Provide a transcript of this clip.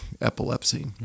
epilepsy